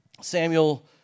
Samuel